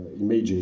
images